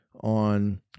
on